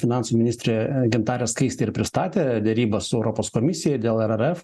finansų ministrė gintarė skaistė ir pristatė derybas su europos komisija dėl er er ef